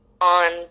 on